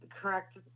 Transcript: correct